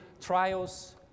trials